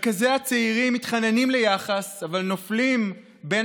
מרכזי הצעירים מתחננים ליחס אבל נופלים בין